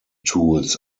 tools